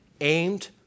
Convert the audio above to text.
aimed